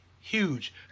huge